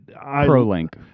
Pro-Link